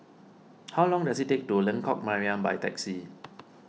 how long does it take to Lengkok Mariam by taxi